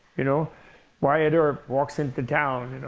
you know wyatt earp walks into town.